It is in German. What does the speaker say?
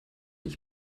ich